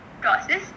process